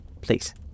Please